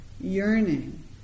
yearning